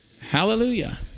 Hallelujah